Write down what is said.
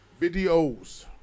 Videos